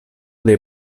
dei